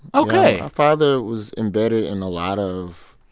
ok my father was embedded in a lot of